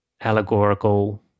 allegorical